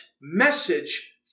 message